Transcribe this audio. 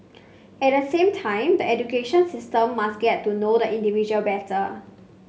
at the same time the education system must get to know the individual better